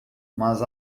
mas